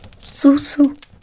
Susu